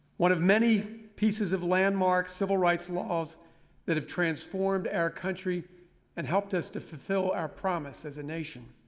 one of many pieces of landmark civil rights laws that have transformed our country and helped us to fulfill our promise as a nation.